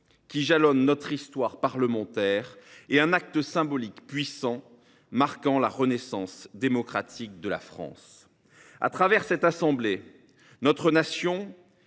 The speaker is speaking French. jalonnant notre histoire parlementaire et un acte symbolique puissant, marquant la renaissance démocratique de la France. Au travers de cette assemblée, notre nation,